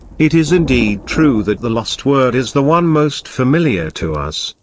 it is indeed true that the lost word is the one most familiar to us,